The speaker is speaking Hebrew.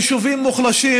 ליישובים מוחלשים,